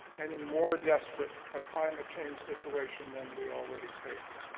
any more desperate a climate change situation than we already face.